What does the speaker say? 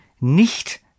Nicht